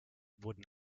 wurden